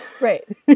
right